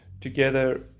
together